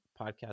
podcast